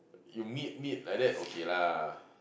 you meet meet like that okay lah